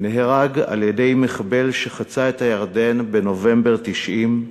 נהרג על-ידי מחבל שחצה את הירדן בנובמבר 1990,